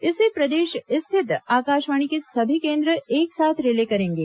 इसे प्रदेश स्थित आकाशवाणी के सभी केंद्र एक साथ रिले करेंगे